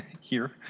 here.